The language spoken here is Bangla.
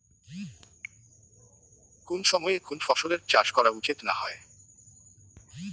কুন সময়ে কুন ফসলের চাষ করা উচিৎ না হয়?